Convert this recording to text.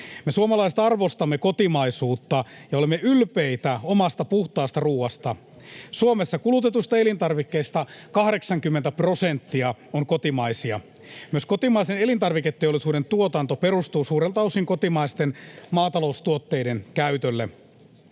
Me suomalaiset arvostamme kotimaisuutta ja olemme ylpeitä omasta puhtaasta ruuasta. Suomessa kulutetuista elintarvikkeista 80 prosenttia on kotimaisia. Myös kotimaisen elintarviketeollisuuden tuotanto perustuu suurelta osin kotimaisten maataloustuotteiden käytölle.